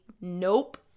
nope